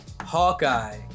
Hawkeye